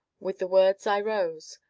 with the words i rose.